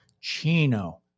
Chino